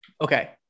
Okay